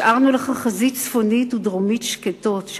השארנו לך חזית צפונית וחזית דרומית שקטות.